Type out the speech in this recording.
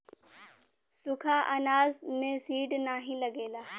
सुखा अनाज में सीड नाही लगेला